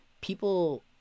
people